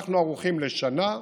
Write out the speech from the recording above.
אנחנו ערוכים לשנה.